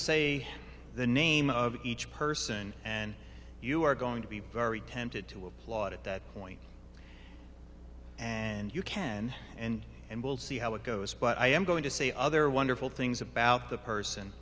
to say the name of each person and you are going to be very tempted to applaud at that point and you can see how it goes but i am going to say other wonderful things about the person